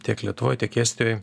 tiek lietuvoj tiek estijoj